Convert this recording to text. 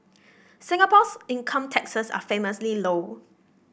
Singapore's income taxes are famously low